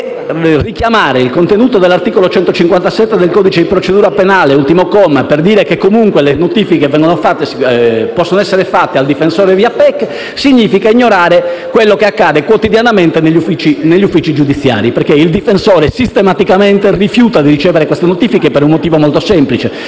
Richiamare il contenuto dell'articolo 157, ultimo comma, del codice di procedura penale per sostenere che, comunque, le notifiche possono essere fatte al difensore via PEC significa ignorare quello che accade quotidianamente negli uffici giudiziari. Infatti, il difensore sistematicamente rifiuta di ricevere queste notifiche, per due motivi molto semplici.